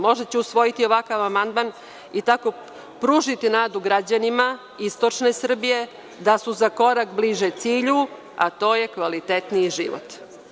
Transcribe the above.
Možda će usvojiti ovakav amandman i tako pružiti nadu građanima istočne Srbije da su za korak bliže cilju, a to je kvalitetniji život.